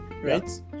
right